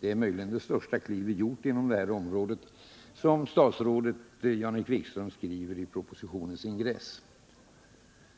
Det är kanske det största kliv vi har gjort inom det här området, som statsrådet Jan-Erik Wikström skriver i propositionens ingress.